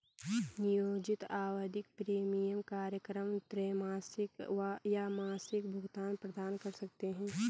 नियोजित आवधिक प्रीमियम कार्यक्रम त्रैमासिक या मासिक भुगतान प्रदान कर सकते हैं